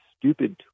stupid